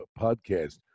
podcast